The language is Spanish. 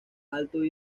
alto